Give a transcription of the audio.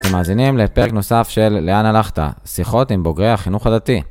שמאזינים לפרק נוסף של לאן הלכת, שיחות עם בוגרי החינוך הדתי.